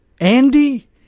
Andy